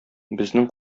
безнең